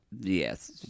Yes